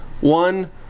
One